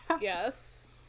Yes